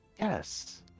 Yes